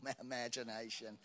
imagination